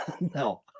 No